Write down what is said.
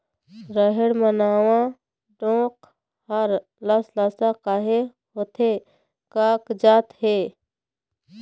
रहेड़ म नावा डोंक हर लसलसा काहे होथे कागजात हे?